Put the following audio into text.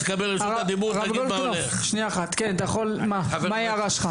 כן אתה יכול מה ההערה שלך?